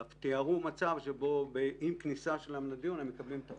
ואף תיארו מצב שבו עם כניסה שלהם לדיון מקבלים את החומר.